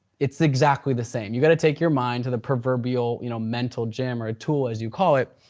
it's exactly the same. you gotta take your mind the proverbial you know mental gym or tool as you call it.